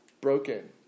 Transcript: broken